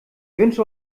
wünsche